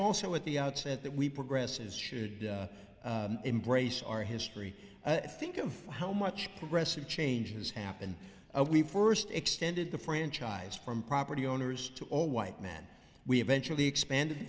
also at the outset that we progress as should embrace our history i think of how much progressive changes happened we first extended the franchise from property owners to all white men we eventually expanded